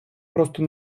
просто